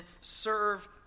serve